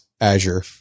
Azure